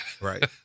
right